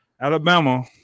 Alabama